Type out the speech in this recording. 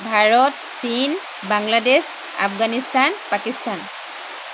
ভাৰত চীন বাংলাদেশ আফগানিস্থান পাকিস্তান